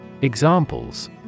Examples